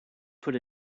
put